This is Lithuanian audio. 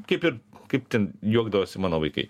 kaip ir kaip ten juokdavosi mano vaikai